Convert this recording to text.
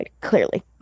clearly